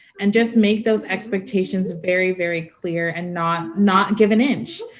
and just make those expectations very, very clear and not not give an inch.